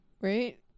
right